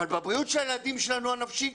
אבל בבריאות של הילדים שלנו הנפשית